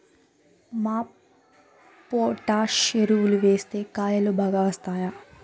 MOP potash ఎరువులు వేస్తే కాయలు బాగా వస్తాయా?